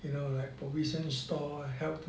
you know like provision store help to